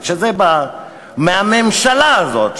וכשזה בא מהממשלה הזאת,